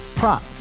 Prop